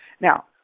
Now